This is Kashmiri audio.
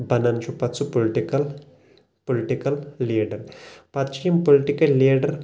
بنان چُھ سُہ پتہٕ پُلٹِکل پُلٹِکل لیٖڈر پتہٕ یِمہٕ پُلٹِکل لیٖڈر